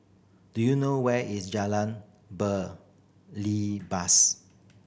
do you know where is Jalan Belibas